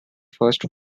first